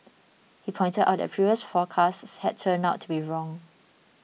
he pointed out that previous forecasts had turned out to be wrong